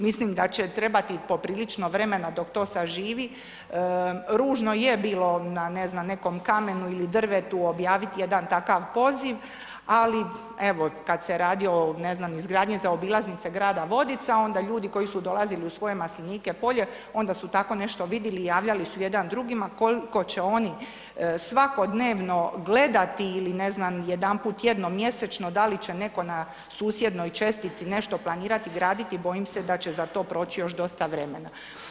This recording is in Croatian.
Mislim da će trebati poprilično vremena dok to saživi, ružno je bilo, na ne znam, nekom kamenu ili drvetu objaviti jedan takav poziv, ali, evo, kad se radi o, ne znam, izgradnji zaobilaznice grada Vodica, onda ljudi koji su dolazili u svoje maslinike, polje, onda su tako nešto vidjeli, javljali su jedan drugima, tko će oni svakodnevno gledati ili ne znam, jedanput tjedno, mjesečno, da li će netko na susjednoj čestici nešto planirati graditi, bojim se da će za to proći još dosta vremena.